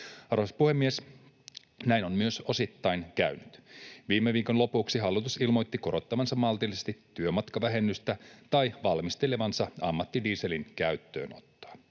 Arvoisa puhemies! Näin on myös osittain käynyt. Viime viikon lopuksi hallitus ilmoitti korottavansa maltillisesti työmatkavähennystä tai valmistelevansa ammattidieselin käyttöönottoa.